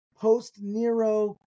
Post-Nero